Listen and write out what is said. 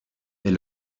they